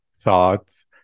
thoughts